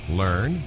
learn